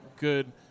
good